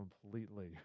completely